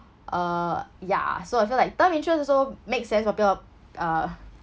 err ya so I feel like term insurance also make sense for people w~ uh